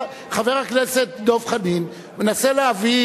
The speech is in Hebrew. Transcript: חבר הכנסת דב חנין מנסה להביא,